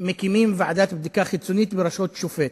מקימים ועדת בדיקה חיצונית בראשות שופט.